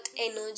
energy